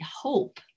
hope